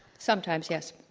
sometimes, yes,